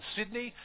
Sydney